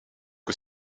que